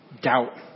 doubt